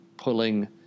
pulling